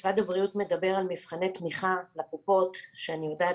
משרד הבריאות מדבר על מבחני תמיכה לקופות שאני יודעת